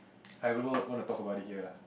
I won't won't wanna talk about it here lah